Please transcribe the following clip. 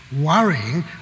worrying